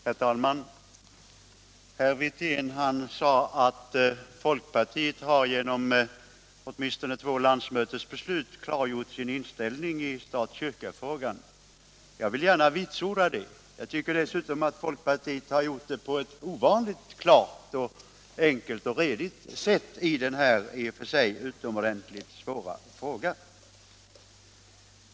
Herr talman! Herr Wirtén sade att folkpartiet genom åtminstone två landsmötesbeslut har klargjort sin inställning i stat-kyrka-frågan. Jag vill gärna vitsorda det, och jag tycker dessutom att folkpartiet har gjort det på ett ovanligt klart, enkelt och redigt sätt i den här i och för sig utomordentligt svåra frågan.